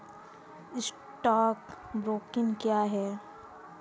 Stock broking क्या है?